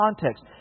context